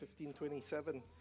1527